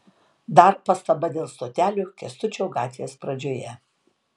dar pastaba dėl stotelių kęstučio gatvės pradžioje